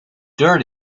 deur